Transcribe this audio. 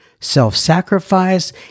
self-sacrifice